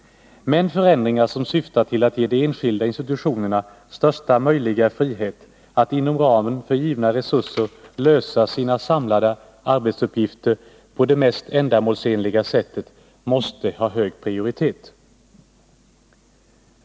Men förändringar som syftar till att ge de enskilda institutionerna största möjliga frihet att inom ramen för givna resurser lösa sina samlade arbetsuppgifter på det mest ändamålsenliga sättet måste ha hög prioritet.